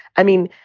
i mean,